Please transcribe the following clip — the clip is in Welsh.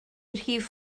rhif